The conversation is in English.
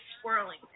swirling